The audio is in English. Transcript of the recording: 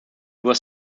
was